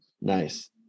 Nice